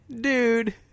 Dude